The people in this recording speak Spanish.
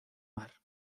mar